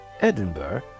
Edinburgh